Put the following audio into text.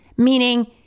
meaning